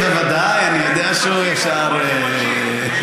בוודאי, אני יודע שאפשר, אני